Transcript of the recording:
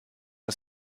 are